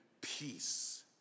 peace